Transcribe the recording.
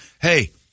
Hey